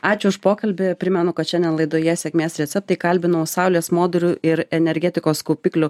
ačiū už pokalbį primenu kad šiandien laidoje sėkmės receptai kalbinau saulės modulių ir energetikos kaupiklių